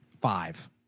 Five